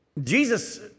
Jesus